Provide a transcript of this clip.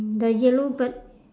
the yellow bird